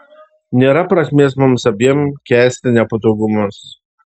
nėra prasmės mums abiem kęsti nepatogumus